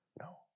No